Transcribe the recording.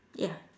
ya